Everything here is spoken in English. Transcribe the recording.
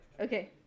Okay